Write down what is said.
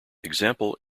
example